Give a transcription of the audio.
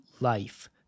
life